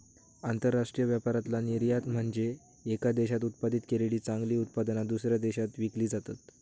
आंतरराष्ट्रीय व्यापारातला निर्यात म्हनजे येका देशात उत्पादित केलेली चांगली उत्पादना, दुसऱ्या देशात विकली जातत